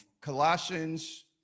Colossians